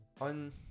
On